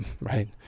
right